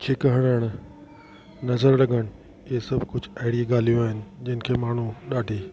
छिक हणणु नज़र लॻनि इहे सभु कुझु अहिड़ियूं ॻाल्हियूं आहिनि जिन खे माण्हू ॾाढी